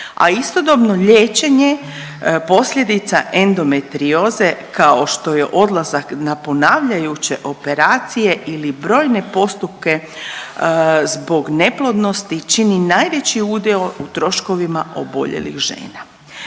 a istodobno liječenje i posljedice endometrioze kao što je odlazak na ponavljajuće operacije ili brojne postupke liječenja neplodnosti čime najviše se izaziva troškovi kod i za